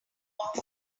off